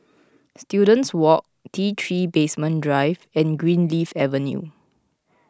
Students Walk T three Basement Drive and Greenleaf Avenue